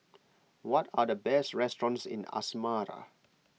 what are the best restaurants in Asmara